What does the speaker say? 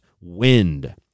wind